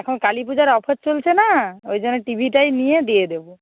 এখন কালী পূজার অফার চলছে না ওই জন্য টি ভিটাই নিয়ে দিয়ে দেবো